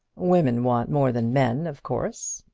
women want more than men, of course.